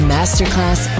Masterclass